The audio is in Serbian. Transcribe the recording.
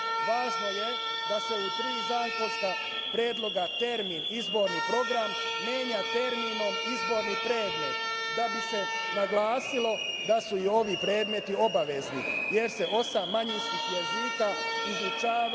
važno je da se u tri zakonska predloga termin „izborni program“ menja terminom „izborni predmet“, da bi se naglasilo da su i ovi predmeti obavezni, jer se osam manjinskih jezika izučava